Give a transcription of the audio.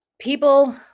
People